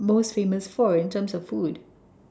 most famous for in terms of food